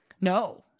no